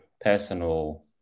personal